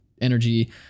energy